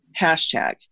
hashtag